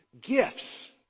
gifts